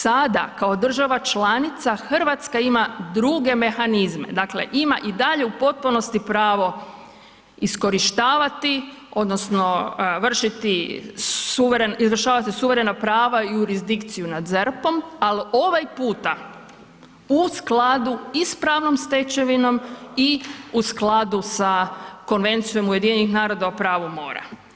Sada kao država članica Hrvatska ima druge mehanizme, dakle ima i dalje u potpunosti pravo iskorištavati odnosno vršiti izvršavati suverena prava i jurisdikciju nad ZERP-om, ali ovaj puta u skladu i s pravnom stečevinom i u skladu s Konvencijom UN-a o pravu mora.